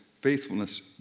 faithfulness